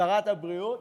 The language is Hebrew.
שרת הבריאות.